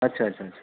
अच्छा अच्छा